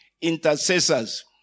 intercessors